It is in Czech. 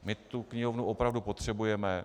My tu knihovnu opravdu potřebujeme.